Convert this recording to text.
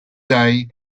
day